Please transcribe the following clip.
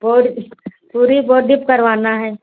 पूरि पूरी बॉडी पर करवाना है